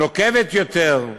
נוקבת יותר,